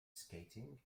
skating